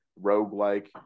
roguelike